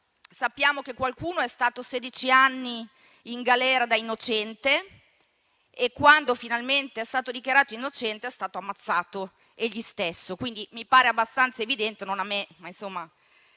Sappiamo che qualcuno è stato sedici anni in galera da innocente e, quando finalmente è stato dichiarato innocente, è stato ammazzato. Quindi mi pare abbastanza evidente - non a me, ma dagli